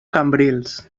cambrils